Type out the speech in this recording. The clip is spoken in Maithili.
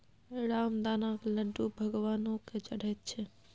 रामदानाक लड्डू भगवानो केँ चढ़ैत छै